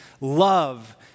love